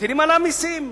מטילים עליהם מסים.